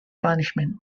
punishment